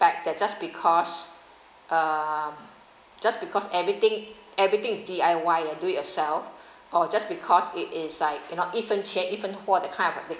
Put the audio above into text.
fact that just because um just because everything everything is D_I_Y ah do it yourself or just because it is like you know 一分钱一分货 that kind of